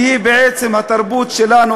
שהיא בעצם התרבות שלנו,